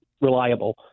reliable